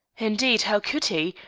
indeed, how could he?